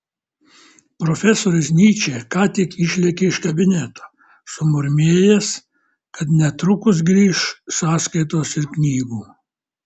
profesorius nyčė ką tik išlėkė iš kabineto sumurmėjęs kad netrukus grįš sąskaitos ir knygų